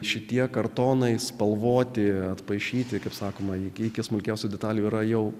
šitie kartonai spalvoti atpaišyti kaip sakoma iki smulkiausių detalių yra jau